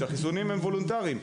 שהם וולונטריים.